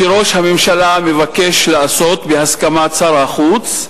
שראש הממשלה מבקש לעשות בהסכמת שר החוץ,